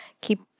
keep